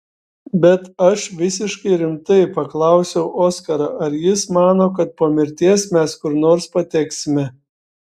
bet aš visiškai rimtai paklausiau oskarą ar jis mano kad po mirties mes kur nors pateksime